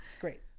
Great